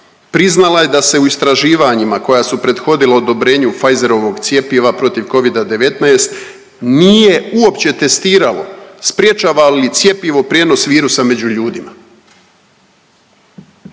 priznala je da se u istraživanjima koja su prethodila odobrenju Pfizerovog cjepiva protiv covida-19 nije uopće testiralo sprječava li cjepivo prijenos virusa među ljudima.